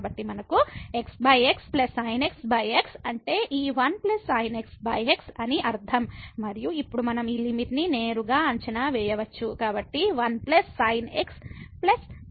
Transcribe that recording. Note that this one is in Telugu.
కాబట్టి మనకు xxsin xx అంటే ఈ 1sin xx అని అర్ధం మరియు ఇప్పుడు మనం ఈ లిమిట్ ని నేరుగా అంచనా వేయవచ్చు కాబట్టి 1sin xx